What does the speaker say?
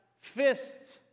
fists